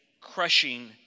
crushing